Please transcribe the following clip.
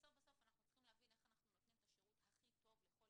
בסוף בסוף אנחנו צריכים להבין איך אנחנו נותנים את השירות הכי טוב לכל